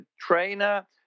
trainer